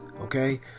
okay